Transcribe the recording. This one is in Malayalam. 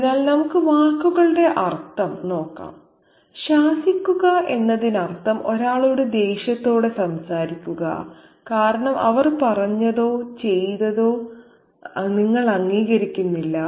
അതിനാൽ നമുക്ക് വാക്കുകളുടെ അർത്ഥം നോക്കാം ശാസിക്കുക എന്നതിനർത്ഥം ഒരാളോട് ദേഷ്യത്തോടെ സംസാരിക്കുക കാരണം അവർ പറഞ്ഞതോ ചെയ്തതോ നിങ്ങൾ അംഗീകരിക്കുന്നില്ല